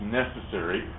necessary